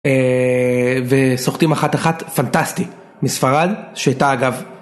וסוחטים אחת אחת פנטסטי, מספרד, שהייתה אגב.